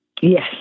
Yes